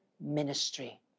ministry